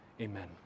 amen